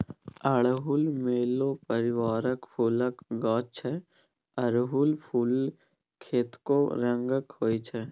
अड़हुल मेलो परिबारक फुलक गाछ छै अरहुल फुल कतेको रंगक होइ छै